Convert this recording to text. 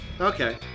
okay